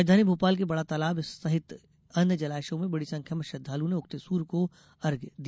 राजधानी भोपाल के बड़ा तालाब सहित अन्य जलाषयों में बड़ी संख्या में श्रद्वालुओं ने उगते सूर्य को अर्घ्य दिया